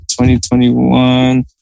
2021